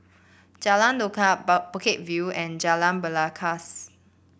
Jalan Lokam Bukit View and Jalan Belangkas